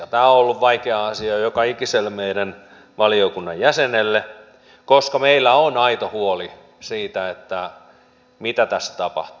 tämä on ollut vaikea asia joka ikiselle meidän valiokunnan jäsenelle koska meillä on aito huoli siitä mitä tässä tapahtuu